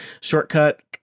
shortcut